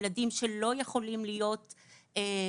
ילדים שלא יכולים להיות בבתיהם,